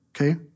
okay